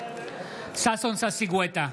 ששון ששי גואטה,